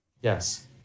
yes